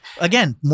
Again